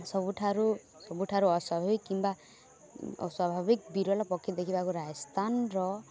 ସବୁଠାରୁ ସବୁଠାରୁ ଅସ୍ଵାଭାବିକ କିମ୍ବା ଅସ୍ଵାଭାବିକ ବିରଳ ପକ୍ଷୀ ଦେଖିବାକୁ ରାଜସ୍ଥାନର